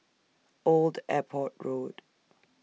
Old Airport Road